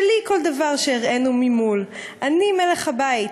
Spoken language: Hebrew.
שלי כל דבר שאראנו ממול / אני מלך הבית,